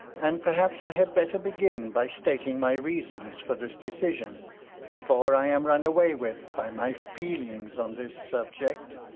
and perhaps i had better begin by stating my reasons for this decision before i am run away with by my feelings on this subject.